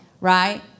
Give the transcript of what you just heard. Right